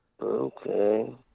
Okay